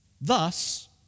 Thus